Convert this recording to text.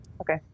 Okay